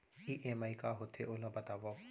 EMI का होथे, ओला बतावव